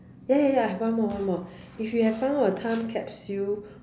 ya ya ya I've one more one more if you have found a time capsule